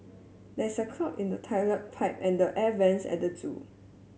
there is a clog in the toilet pipe and the air vents at the zoo